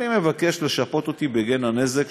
אני מבקש לשפות אותי בגין הנזק,